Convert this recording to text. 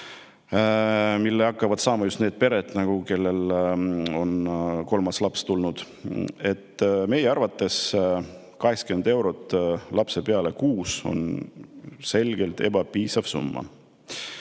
mida hakkavad saama just need pered, kellel on kolmas laps tulnud. Meie arvates 80 eurot lapse peale kuus on selgelt ebapiisav summa.